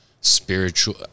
spiritual